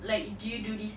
like do this